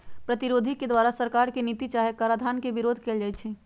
प्रतिरोध के द्वारा सरकार के नीति चाहे कराधान के विरोध कएल जाइ छइ